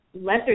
lesser